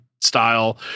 style